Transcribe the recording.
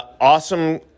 awesome